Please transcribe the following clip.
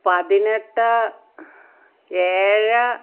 പതിനെട്ട് ഏഴ്